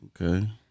okay